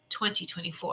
2024